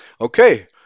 Okay